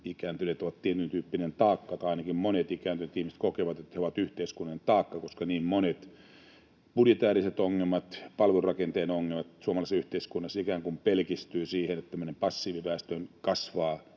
ikääntyneet ovat tietyntyyppinen taakka, tai ainakin monet ikääntyneet ihmiset kokevat, että he ovat yhteiskunnallinen taakka, koska niin monet budjetääriset ongelmat ja palvelurakenteen ongelmat suomalaisessa yhteiskunnassa ikään kuin pelkistyvät siihen, että tämmöinen passiiviväestö kasvaa,